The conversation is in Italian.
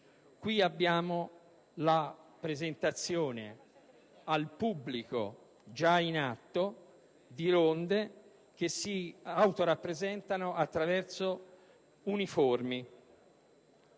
in atto la presentazione al pubblico di ronde che si autorappresentano attraverso uniformi.